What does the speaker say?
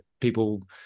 people